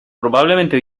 probablemente